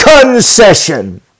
concession